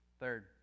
Third